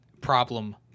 problem